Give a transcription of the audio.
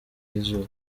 y’izuba